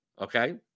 okay